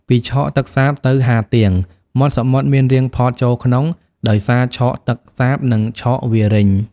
ពីឆកទឹកសាបទៅហាទៀង មាត់សមុទ្រមានរាងផតចូលក្នុង ដោយសារឆកទឹកសាប និងឆកវាលរេញ ។